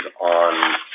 on